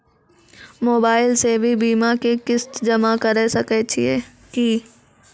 Mobile से भी बीमा के किस्त जमा करै सकैय छियै कि?